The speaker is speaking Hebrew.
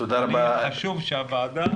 חשוב שהוועדה